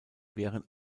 während